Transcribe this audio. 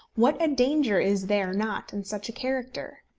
what a danger is there not in such a character!